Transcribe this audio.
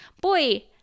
Boy